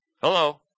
Hello